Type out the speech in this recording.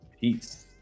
peace